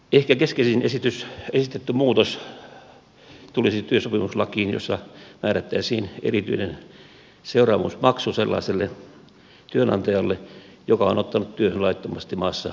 ehkä keskeisin esitetty muutos tulisi työsopimuslakiin jossa määrättäisiin erityinen seuraamusmaksu sellaiselle työnantajalle joka on ottanut työhön laittomasti maassa oleskelevan